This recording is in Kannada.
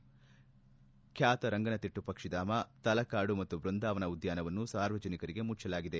ಬ್ಡಾತ ರಂಗನತಿಟ್ಟು ಪಕ್ಷಿಧಾಮ ತಲಕಾಡು ಮತ್ತು ಬೃಂದಾವನ ಉದ್ದಾನವನ್ನು ಸಾರ್ವಜನಿಕರಿಗೆ ಮುಚ್ಚಲಾಗಿದೆ